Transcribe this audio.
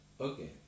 Okay